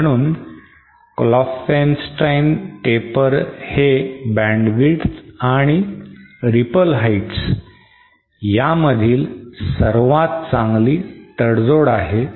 म्हणून Klopfenstein taper हे bandwidth आणि ripple heights यामधील सर्वात चांगली तडजोड आहे